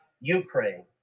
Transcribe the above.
Ukraine